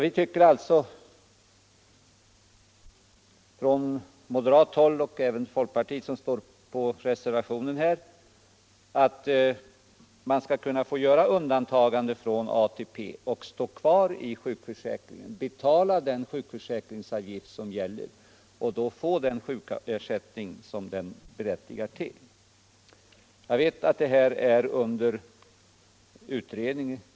Vi från moderat håll och från folkpartiet, som står på reservationen, tycker att man skall kunna begära undantagande från ATP men stå kvar Nr 99 i sjukförsäkringen, betala gällande sjukförsäkringsavgift och få den sjuk Tisdagen den ersättning som avgiften berättigar till. 6 april 1976 Jag vet att denna fråga i viss mån är under utredning.